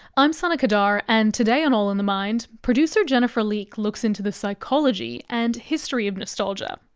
i'm sana qadar and today on all in the mind, producer jennifer leake looks into the psychology and history of nostalgia.